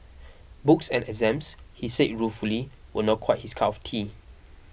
books and exams he says ruefully were not quite his cup of tea